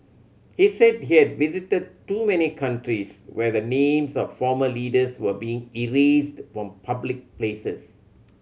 he said he had visited too many countries where the names of former leaders were being erased from public places